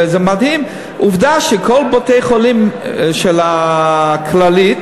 זה מדהים: עובדה שבכל בתי-החולים של הכללית,